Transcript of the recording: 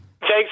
Thanks